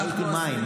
ראיתי מים.